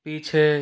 पीछे